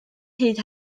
hyd